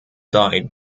died